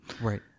Right